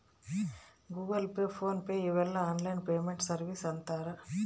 Google Pay PhonePe ಇವೆಲ್ಲ online payment services ಅಂತರ್